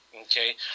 okay